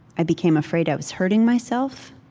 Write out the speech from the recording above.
i became afraid i was hurting myself.